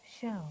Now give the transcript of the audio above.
Show